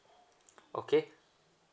okay